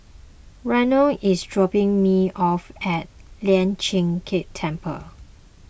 Reynold is dropping me off at Lian Chee Kek Temple